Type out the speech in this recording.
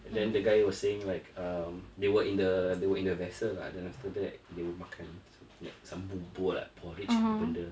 then the guy was saying like um they were in the they were in a vessel uh but then after that they will makan some like some bubur or like porridge ke apa benda